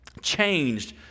changed